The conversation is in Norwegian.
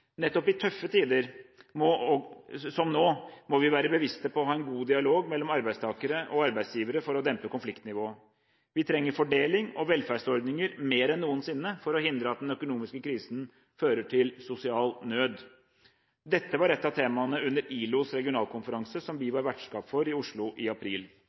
Nettopp i tøffe tider som nå må vi være bevisste på å ha en god dialog mellom arbeidstakere og arbeidsgivere for å dempe konfliktnivået. Vi trenger fordeling og velferdsordninger mer enn noensinne for å hindre at den økonomiske krisen fører til sosial nød. Dette var ett av temaene under ILOs regionalkonferanse som vi var vertskap for i Oslo i april.